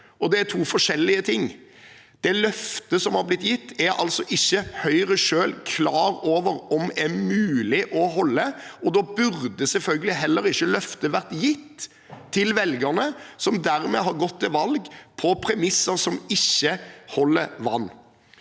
det er to forskjellige ting. Det løftet som har blitt gitt, er altså ikke Høyre selv klar over om er mulig å holde, og da burde selvfølgelig heller ikke løftet vært gitt til velgerne, som dermed har gått til valget på premisser som ikke holder vann.